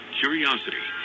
curiosity